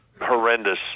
horrendous